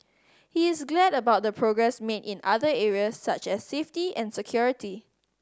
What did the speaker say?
he is glad about the progress made in other areas such as safety and security